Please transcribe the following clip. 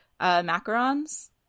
macarons